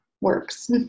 works